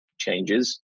changes